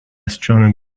astronomy